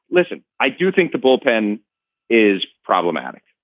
listen i do think the bullpen is problematic.